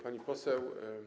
Pani Poseł!